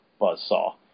Buzzsaw